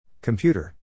Computer